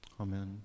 Amen